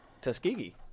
Tuskegee